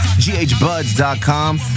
GHBuds.com